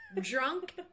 drunk